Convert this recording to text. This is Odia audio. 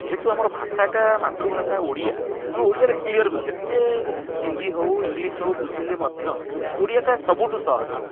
ଯେହେତୁ ଆମର ଭାଷାଟା ମାତୃଭାଷା ଓଡ଼ିଆ ଆମେ ଓଡ଼ିଆରେ କ୍ଲିଅର୍ ଯେତେ ହିନ୍ଦୀ ହଉ ଇଂଲିଶ୍ ହଉ ବୁଝିଲେ ମଧ୍ୟ ଓଡ଼ିଆଟା ସବୁଠୁ ସହଜ ହୁଏ